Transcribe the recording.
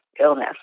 illness